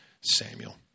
Samuel